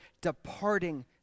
departing